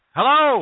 Hello